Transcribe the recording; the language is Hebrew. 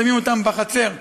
שמים אותם בחצר...